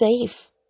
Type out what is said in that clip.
safe